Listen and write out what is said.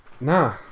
Nah